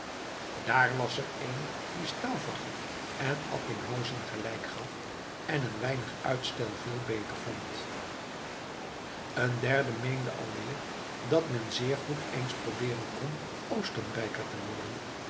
daar was er een die stauffacher en attinghausen gelijk gaf en een weinig uitstel veel beter vond een derde meende alweer dat men zeer goed eens probeeren kon oostenrijker te worden